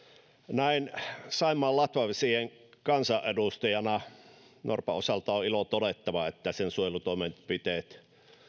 näin saimaan latvavesien kansanedustajana on norpan osalta ilo todeta että sen suojelutoimenpiteet